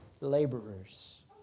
laborers